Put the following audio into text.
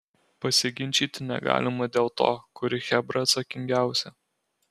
pasiginčyti negalima dėl to kuri chebra atsakingiausia